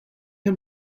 can